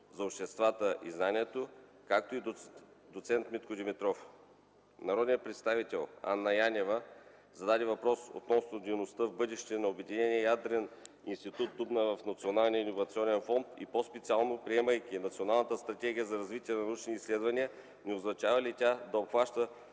за обществата и знанието, както и доц. Митко Димитров. Народният представител Анна Янева зададе въпрос относно дейността в бъдеще на Обединения ядрен институт в Дубна и Националния иновационен фонд и по-специално – приемайки Национална стратегия за развитие на научните изследвания, не означава ли тя да обхваща